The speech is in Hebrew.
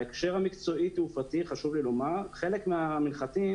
בהקשר המקצועי תעופתי חשוב לי לומר שחלק מהמנחתים